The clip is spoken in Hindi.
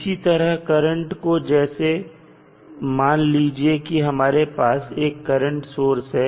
इसी तरह करंट को जैसे मान लीजिए कि हमारे पास एक करंट सोर्स है